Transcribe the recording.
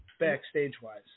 backstage-wise